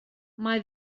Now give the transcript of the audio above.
mae